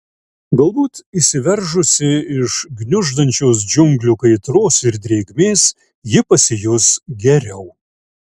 galbūt išsiveržusi iš gniuždančios džiunglių kaitros ir drėgmės ji pasijus geriau